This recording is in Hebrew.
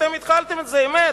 אתם התחלתם, זו אמת,